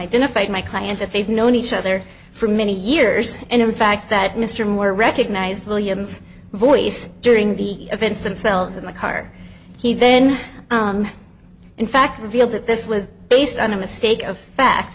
identified my client that they've known each other for many years and in fact that mr moore recognized williams voice during the events themselves in the car he then in fact feel that this was based on a mistake of fact